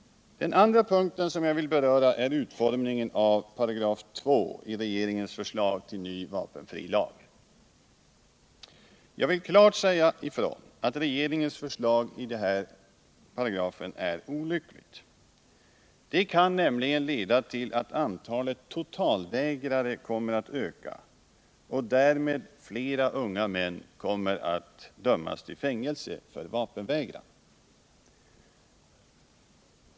Den andra punkt som jag vill beröra är utformning av 2 § i regeringens förslag till ny vapenfrilag. Jag vill klart säga ifrån att regeringens förslag beträffande denna paragraf är olyckligt. Det kan leda till att antalet totalvägrare kommer att öka och därmed att flera unga män kommer att dömas till fängelse för vapenvägran.